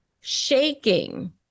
shaking